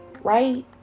right